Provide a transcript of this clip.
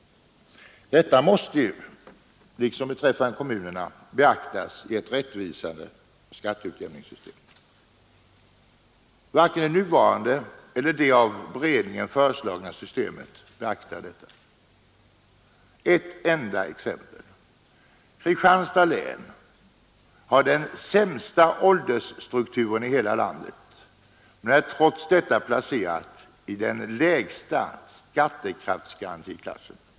Detta måste — liksom beträffande kommunerna — beaktas i ett rättvisande skatteutjämningssystem, men varken det nuvarande eller det av beredningen föreslagna systemet beaktar detta. Ett enda exempel. Kristianstads län har den sämsta åldersstrukturen i hela landet men är trots detta placerat i den lägsta skattekraftsgarantiklassen.